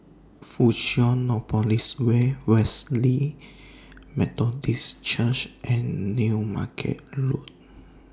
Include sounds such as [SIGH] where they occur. [NOISE] Fusionopolis Way Wesley Methodist Church and New Market Road